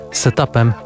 setupem